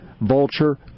vulture